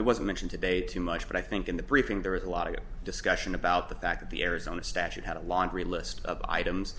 it was mentioned today too much but i think in the briefing there was a lot of discussion about the fact that the arizona statute had a laundry list of items